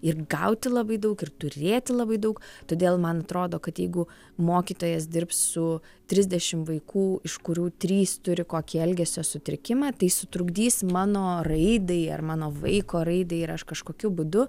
ir gauti labai daug ir turėti labai daug todėl man atrodo kad jeigu mokytojas dirbs su trisdešim vaikų iš kurių trys turi kokį elgesio sutrikimą tai sutrukdys mano raidai ar mano vaiko raidai ir aš kažkokiu būdu